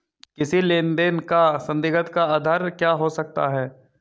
किसी लेन देन का संदिग्ध का आधार क्या हो सकता है?